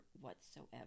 whatsoever